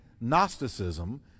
Gnosticism